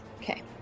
Okay